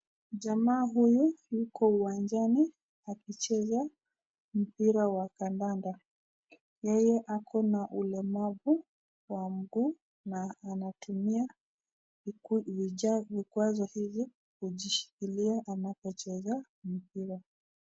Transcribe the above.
Jamaa huyu yuko uwanjani akicheza mpira wa kandanda . Yeye aki na ulemavu wa mguu na anatumia vijiti kujishikilia anapocheza mpira